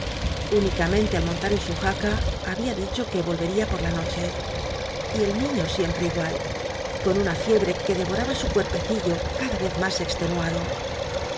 unicamente al montar en su jaca había dicho que volvería por la noche y el niño siempre igual con una fiebre que devoraba su cuerpecillo cada vez más extenuado